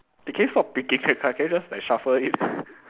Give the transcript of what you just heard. can you stop picking the card can you just like shuffle it